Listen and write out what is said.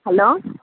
hello